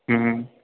हँ